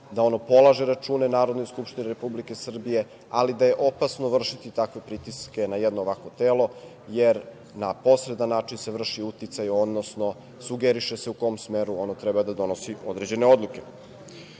da ono polaže račune Narodnoj skupštini Republike Srbije, ali da je opasno vršiti takve pritiske na jedno ovakvo telo, jer na posredan način se vrši uticaj, odnosno sugeriše se u kom smeru ono treba da donosi određene odluke. Ne